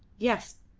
yes,